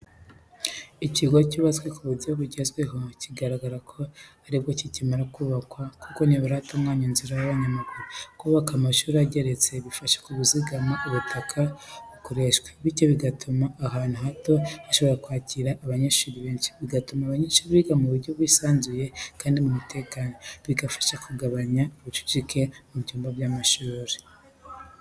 Ikigo cyubatswe ku buryo bugezweho, bigaragara ko ari bwo kikimara kubakwa kuko ntibaratunganya inzira z'abanyamaguru. Kubaka amashuri ageretse bifasha kuzigama ubutaka bukoreshwa, bityo bigatuma ahantu hato hashoboka kwakira abanyeshuri benshi. Bituma abanyeshuri biga mu buryo bwisanzuye kandi mu mutekano, bigafasha kugabanya ubucucike mu byumba by’amashuri.